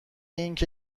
اینکه